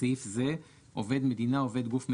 בסעיף זה "עובד מדינה", "עובד גוף מתוקצב"